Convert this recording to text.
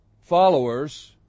followers